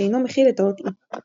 שאינו מכיל את האות "e".